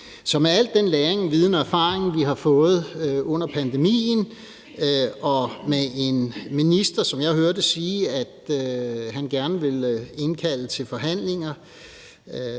Så med al den læring, viden og erfaring, som vi har fået under pandemien, og med en minister, der, som jeg hører det, siger, at han gerne vil indkalde til forhandlinger,